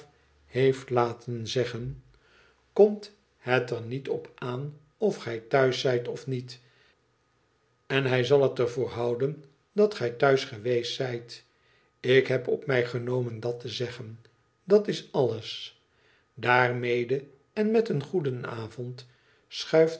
heeft laten zeggen komt het er niet op aan of gij thuis zijt of niet en hij zal het er voor houden dat gij thuis geweest zijt de heb op mij genomen dat te zeggen dat is alles daarmede en met een goedenavond schuift